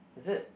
is it